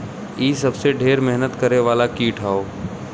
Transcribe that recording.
इ सबसे ढेर मेहनत करे वाला कीट हौ